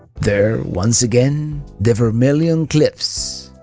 there once again, the vermilion cliffs.